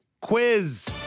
quiz